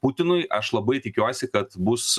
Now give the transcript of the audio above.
putinui aš labai tikiuosi kad bus